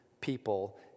people